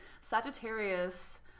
Sagittarius